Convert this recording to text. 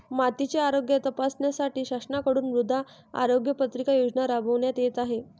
मातीचे आरोग्य तपासण्यासाठी शासनाकडून मृदा आरोग्य पत्रिका योजना राबविण्यात येत आहे